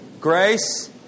Grace